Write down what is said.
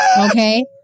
Okay